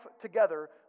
together